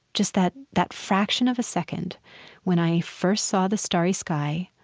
just that that fraction of a second when i first saw the starry sky,